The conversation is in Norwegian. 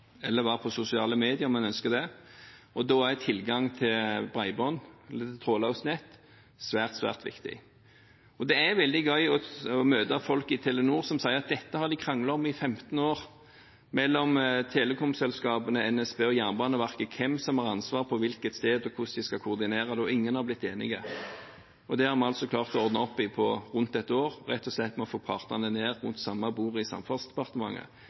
eller være på sosiale media om man ønsker det. Da er tilgang på bredbånd eller trådløst nett svært viktig. Det er veldig gøy å møte folk i Telenor som sier at dette har de kranglet om i 15 år – telekomselskapene, NSB og Jernbaneverket – om hvem som har ansvaret på hvilket sted, og hvordan de skal koordinere det. Ingen har blitt enige. Det har vi altså klart å ordne opp i på rundt ett år, rett og slett ved å få partene ned rundt samme bord i Samferdselsdepartementet,